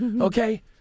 okay